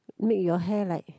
make your hair like